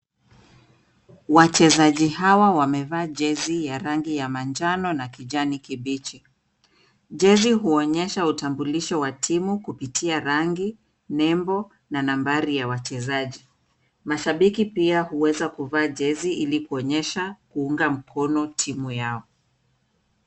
Wachezaji hawa wamevaa jezi ya rangi ya manjano na kijani kibichi. Jezi huonyesha utambulisho wa timu kupitia rangi, nembo na nambari ya wachezaji. Mashabiki pia huweza kuvaa jezi ili kuonyesha kuunga mkono timu yao.